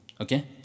okay